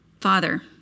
Father